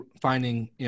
finding